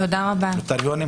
נוטריונים,